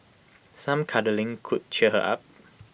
some cuddling could cheer her up